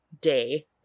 day